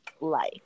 life